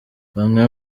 bamwe